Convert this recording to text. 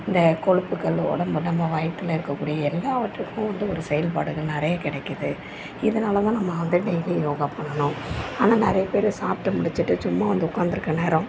இந்த கொழுப்புகள் உடம்பு நம்ம வயிற்றுல இருக்கக்கூடிய எல்லாவற்றுக்கும் வந்து ஒரு செயல்பாடுகள் நிறைய கிடைக்குது இதனால் தான் நம்ம வந்து டெயிலி யோகா பண்ணணும் ஆனால் நிறைய பேர் சாப்பிட்டு முடிச்சுட்டு சும்மா வந்து உட்காந்துருக்க நேரம்